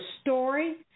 Story